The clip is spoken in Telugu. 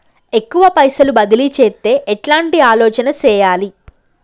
ఎక్కువ పైసలు బదిలీ చేత్తే ఎట్లాంటి ఆలోచన సేయాలి?